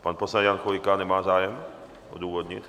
Pan poslanec Jan Chvojka nemá zájem odůvodnit?